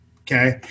okay